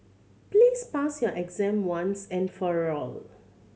please pass your exam once and for all